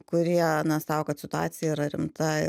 kurie na sako kad situacija yra rimta